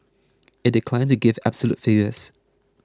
it declined to give absolute figures